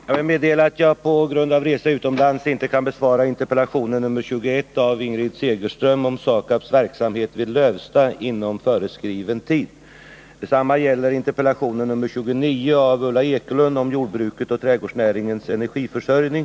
Herr talman! Jag vill meddela att jag på grund av resa utomlands inte inom föreskriven tid kan besvara interpellation 1980 81:29 av Ulla Ekelund om jordbrukets och trädgårdsnäringens energiförsörjning.